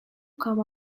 come